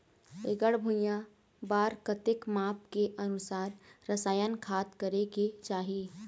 एकड़ भुइयां बार कतेक माप के अनुसार रसायन खाद करें के चाही?